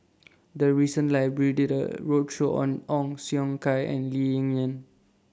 The recent Library did A roadshow on Ong Siong Kai and Lee Ling Yen